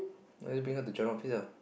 then I just bring her to general office lah